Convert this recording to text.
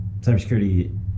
cybersecurity